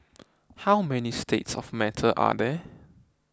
how many states of matter are there